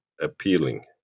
appealing